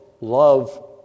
love